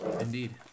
Indeed